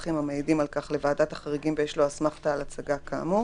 ומסמכים המעידים על כך לוועדת החריגים ויש לו אסמכתה על הצגה כאמור,